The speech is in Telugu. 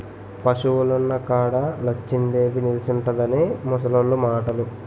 పశువులున్న కాడ లచ్చిందేవి నిలుసుంటుందని ముసలోళ్లు మాటలు